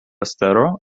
estero